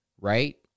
Right